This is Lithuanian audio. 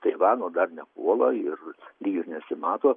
taivano dar nepuola ir lyg ir nesimato